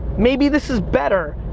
maybe this is better.